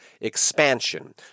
expansion